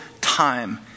time